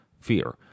Fear